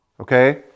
Okay